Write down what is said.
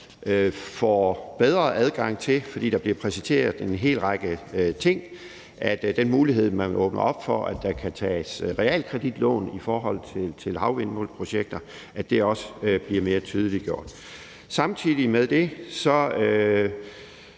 sikrer også, fordi der bliver præciseret helt række ting, at den mulighed for, at der kan tages realkreditlån i forhold til havvindmølleprojekter, som man vil åbne op for, også bliver mere tydeliggjort. Samtidig med det